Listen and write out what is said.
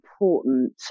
important